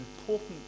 important